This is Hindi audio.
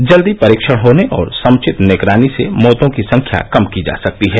जल्दी परीक्षण होने और समुचित निगरानी से मौतों की संख्या कम की जा सकती है